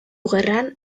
gerran